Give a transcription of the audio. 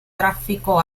tráfico